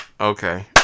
Okay